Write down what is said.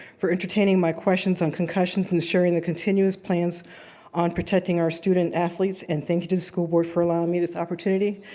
for entertaining my questions on concussions, ensuring the continuous plans on protecting our student athletes, and thank you to the school board for allowing me this opportunity.